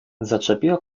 zaczepiła